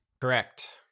correct